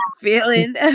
feeling